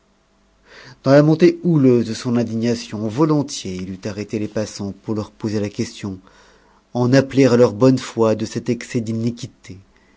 dans la montée houleuse de son indignation volontiers il eût arrêté les passants pour leur poser la question en appeler à leur bonne foi de cet excès d'iniquité